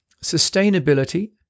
sustainability